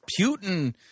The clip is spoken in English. Putin